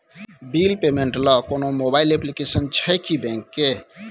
Bill payment ल कोनो mobile application छै की बैंक के?